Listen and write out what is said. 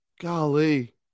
Golly